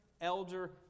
elder